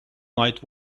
night